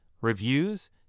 reviews